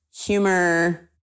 humor